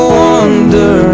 wonder